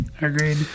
Agreed